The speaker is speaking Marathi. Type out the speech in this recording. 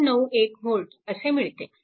491 V असे मिळते